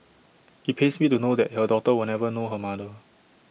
IT pains me to know that her daughter will never know her mother